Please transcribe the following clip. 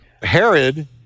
Herod